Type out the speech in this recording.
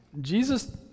Jesus